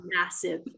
massive